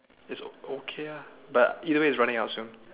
it's okay lah but either way it's running out soon